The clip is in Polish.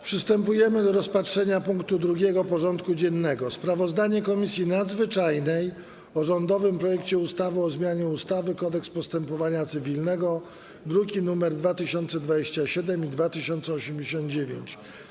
Przystępujemy do rozpatrzenia punktu 2. porządku dziennego: Sprawozdanie Komisji Nadzwyczajnej o rządowym projekcie ustawy o zmianie ustawy - Kodeks postępowania cywilnego (druki nr 2027 i 2098)